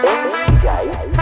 Instigate